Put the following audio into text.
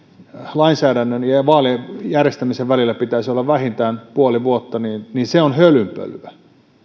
lainsäädännön ja ja vaalien järjestämisen välillä pitäisi olla vähintään puoli vuotta ovat hölynpölyä